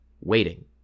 waiting